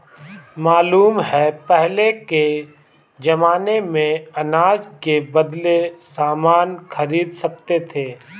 मालूम है पहले के जमाने में अनाज के बदले सामान खरीद सकते थे